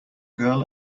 girl